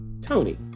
Tony